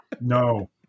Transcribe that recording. No